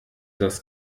das